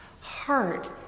Heart